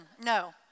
no